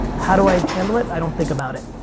how do i handle it? i don't think about it.